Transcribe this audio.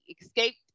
escaped